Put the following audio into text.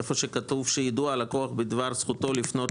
איפה שכתוב: "יידוע הלקוח בדבר זכותו לפנות